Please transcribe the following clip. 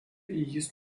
jis